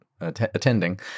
attending